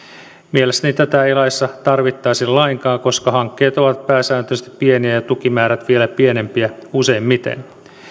mielestäni tätä ei laissa tarvittaisi lainkaan koska hankkeet ovat pääsääntöisesti pieniä ja tukimäärät vielä pienempiä useimmiten